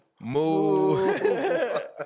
Move